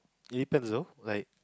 is that so like